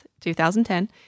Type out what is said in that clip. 2010